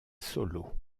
solo